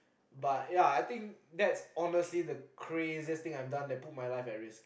but ya I think that's honestly the craziest thing I have done that put my life at risk